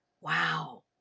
wow